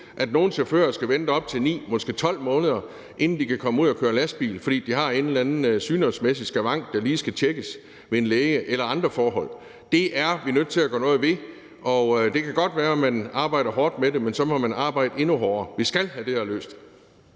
at nogle chauffører skal vente op til 9, måske 12 måneder, inden de kan komme ud at køre lastbil, fordi de har en eller anden sygdomsmæssig skavank, der lige skal tjekkes hos en læge, eller andre forhold. Det er vi nødt til at gøre noget ved. Det kan godt være, at man arbejder hårdt med det, men så må man arbejde endnu hårdere. Vi skal have det her løst.